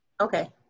Okay